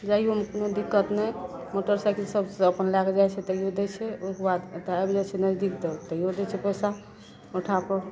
जाइयोमे कोनो दिक्कत नहि मोटर साइकिल सबसँ अपन लए कऽ जाइ छै तैयो दै छै ओकरबाद एतऽ आबि जाइ छै नजदीक तऽ तैयो दै छै पैसा औण्ठापर